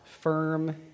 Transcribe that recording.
firm